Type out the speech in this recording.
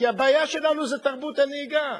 כי הבעיה שלנו זה תרבות הנהיגה.